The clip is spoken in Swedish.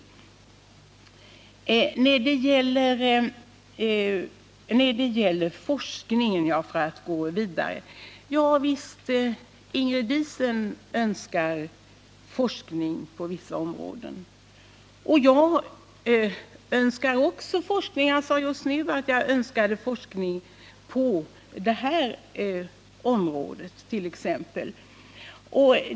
Låt mig sedan säga något när det gäller forskningen. Ingrid Diesen önskar forskning på vissa områden, jag önskar också forskning. Jag sade just nu att jag önskar forskning om exempelvis varför barn läser serier.